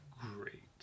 great